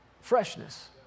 freshness